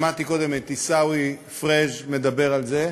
שמעתי קודם את עיסאווי פריג' מדבר על זה,